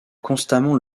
constamment